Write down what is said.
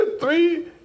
Three